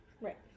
right